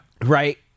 right